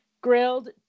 grilled